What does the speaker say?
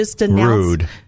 rude